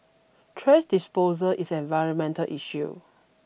thrash disposal is an environmental issue